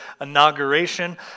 inauguration